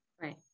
Right